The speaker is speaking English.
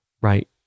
right